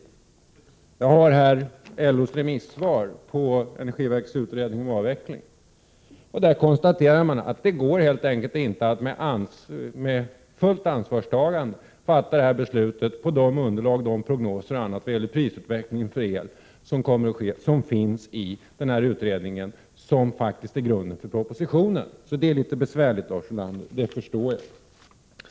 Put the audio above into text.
Jag har här LO:s remissvar på energiverkets utredning om avveckling av kärnkraften. I yttrandet konstateras att det helt enkelt inte går att med fullt ansvarstagande fatta beslut på det underlag och de prognoser när det gäller prisutvecklingen för el som finns i utredningen, som faktiskt är grund för propositionen. Så att det är litet besvärligt, Lars Ulander, det förstår jag.